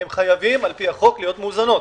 הם חייבים על פי החוק להיות מאוזנות.